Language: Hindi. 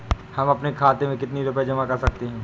हम अपने खाते में कितनी रूपए जमा कर सकते हैं?